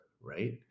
right